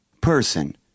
person